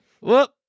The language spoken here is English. Whoop